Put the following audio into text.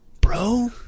bro